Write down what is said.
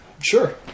Sure